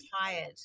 tired